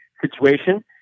situation